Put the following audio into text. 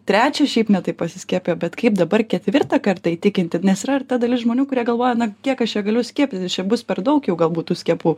trečią šiaip ne taip pasiskiepijo bet kaip dabar ketvirtą kartą įtikinti nes yra ta dalis žmonių kurie galvoja na kiek aš čia galiu skiepyti čia bus per daug jau galbūt tų skiepų